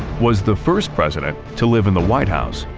was the first president to live in the white house,